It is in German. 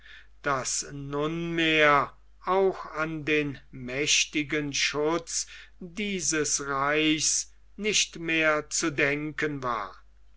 daß nunmehr auch an den mächtigen schutz dieses reichs nicht mehr zu denken war